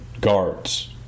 guards